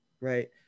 right